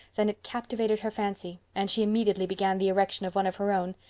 than it captivated her fancy and she immediately began the erection of one of her own.